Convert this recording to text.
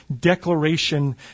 declaration